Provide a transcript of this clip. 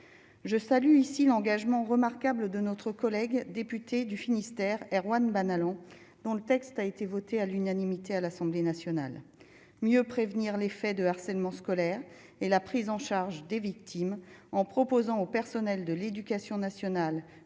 je salue ici l'engagement remarquable de notre collègue député du Finistère Erwan dont le texte a été voté à l'unanimité à l'Assemblée nationale, mieux prévenir les faits de harcèlement scolaire et la prise en charge des victimes en proposant aux personnels de l'Éducation nationale,